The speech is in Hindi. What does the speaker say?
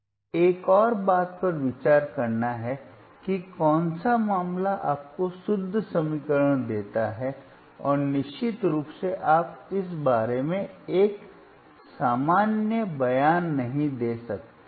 अब एक और बात पर विचार करना है कि कौन सा मामला आपको शुद्ध समीकरण देता है और निश्चित रूप से आप इस बारे में एक सामान्य बयान नहीं दे सकते